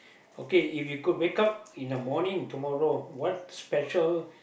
okay if you could wake up in the morning tomorrow what's special